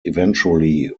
eventually